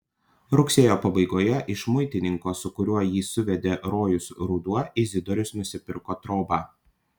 rugsėjo pabaigoje iš muitininko su kuriuo jį suvedė rojus ruduo izidorius nusipirko trobą